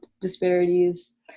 disparities